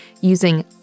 using